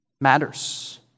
matters